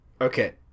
Okay